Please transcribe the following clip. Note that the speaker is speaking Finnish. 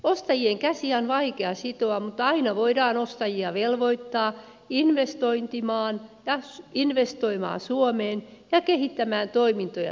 ostajien käsiä on vaikea sitoa mutta aina voidaan ostajia velvoittaa investoimaan suomeen ja kehittämään toimintoja suomessa